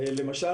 למשל,